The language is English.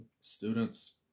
students